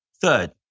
Third